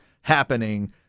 happening